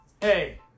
hey